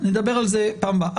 נדבר על זה בפעם הבאה.